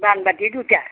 বানবাটি দুটা